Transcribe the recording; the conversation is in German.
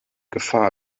gefahr